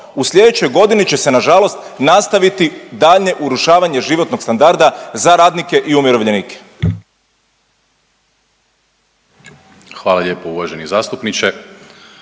U sljedećoj godini će se na žalost nastaviti daljnje urušavanje životnog standarda za radnike i umirovljenike. **Primorac, Marko** Hvala lijepo uvaženi zastupniče.